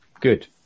Good